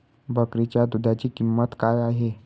बकरीच्या दूधाची किंमत काय आहे?